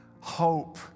hope